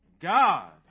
God